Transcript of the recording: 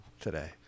today